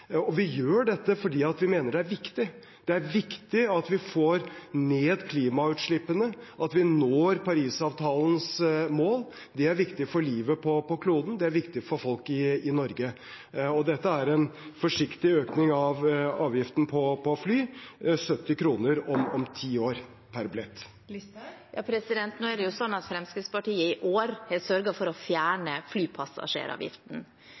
viktig. Det er viktig at vi får ned klimautslippene, at vi når Parisavtalens mål. Det er viktig for livet på kloden. Det er viktig for folk i Norge. Dette er en forsiktig økning av avgiften på fly: 70 kr per billett om 10 år. Sylvi Listhaug – til oppfølgingsspørsmål. Nå er det sånn at Fremskrittspartiet i år har sørget for å